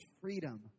freedom